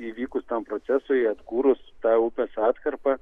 įvykus tam procesui atkūrus tą upės atkarpą